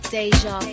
Deja